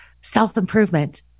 self-improvement